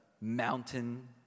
mountain